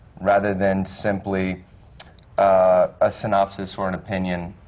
rather than simply a synopsis or an opinion,